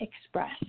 express